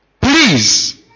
please